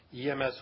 EMS